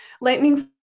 Lightning